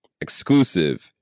Exclusive